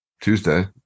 Tuesday